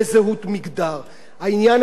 העניין הזה יחסוך לנו,